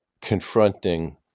confronting